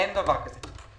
אין דבר כזה.